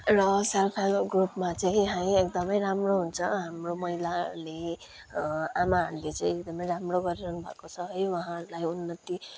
र self help ग्रुपमा चाहिँ है एकमदै राम्रो हुन्छ हाम्रो महिलाहरूले आमाहरूले चाहिँ एकदमै राम्रो गरिरहनुभएको छ है उहाँहरूलाई उन्नति